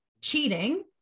cheating